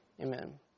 Amen